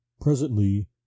Presently